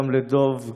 גם לדב,